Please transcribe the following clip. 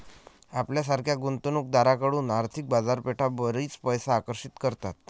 आपल्यासारख्या गुंतवणूक दारांकडून आर्थिक बाजारपेठा बरीच पैसे आकर्षित करतात